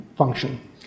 function